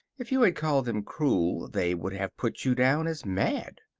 if you had called them cruel they would have put you down as mad.